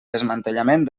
desmantellament